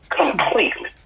completely